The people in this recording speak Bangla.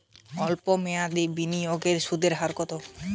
সল্প মেয়াদি বিনিয়োগের সুদের হার কত?